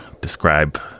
describe